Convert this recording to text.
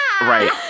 right